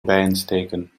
bijensteken